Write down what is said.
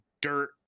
dirt